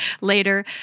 later